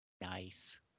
Nice